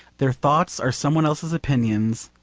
their thoughts are some one else's opinions,